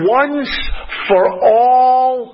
once-for-all